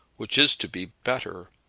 which is to be better.